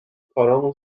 کارامون